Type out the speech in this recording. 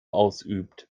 ausübt